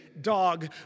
dog